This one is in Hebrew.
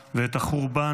ואת החורבן,